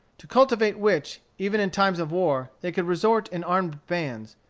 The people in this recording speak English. to cultivate which, even in times of war, they could resort in armed bands,